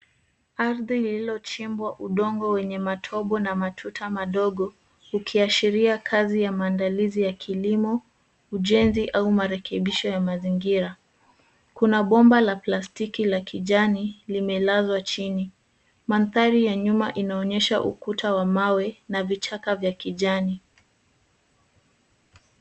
Ardhi lilichimbwa udongo wenye matobo na matuta madogo, ukiashiria kazi ya maandalizi ya kilimo, ujenzi au marekebisho ya mazingira. Kuna bomba la plastiki la kijani limelazwa chini, manthari ya nyuma inaonyesha ukuta wa mawe na vichaka vya kijani.